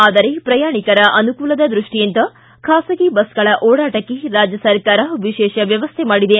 ಆದರೆ ಪ್ರಯಾಣಿಕರ ಅನುಕೂಲದ ದೃಷ್ಟಿಯಿಂದ ಖಾಸಗಿ ಬಸ್ಗಳ ಓಡಾಟಕ್ಕೆ ರಾಜ್ಯ ಸರ್ಕಾರ ವಿಶೇಷ ವ್ಯವಸ್ಥೆ ಮಾಡಿದೆ